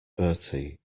bertie